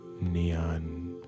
neon